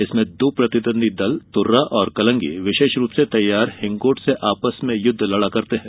इसमें दो प्रतिद्वंदी दल तुर्रा और कलंगी विशेष रूप से तैयार हिंगोट से आपस में युद्ध लड़ते हैं